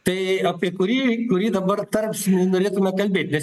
tai apie kurį kurį dabar tarpsnį norėtume kalbėti nes